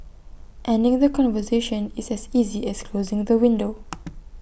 ending the conversation is as easy as closing the window